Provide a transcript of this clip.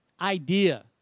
idea